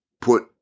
put